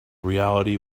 reality